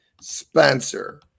Spencer